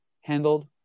handled